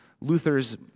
Luther's